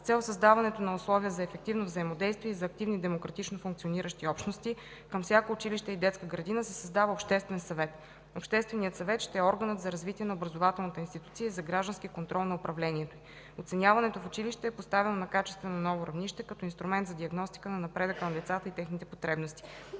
С цел създаването на условия за ефективно взаимодействие и за активни демократично функциониращи общности, към всяко училище и детска градина се създава обществен съвет. Общественият съвет ще е органът за развитие на образователната институция и за граждански контрол на управлението й. Оценяването в училище е поставено на качествено ново равнище като инструмент за диагностика на напредъка на децата и техните потребности.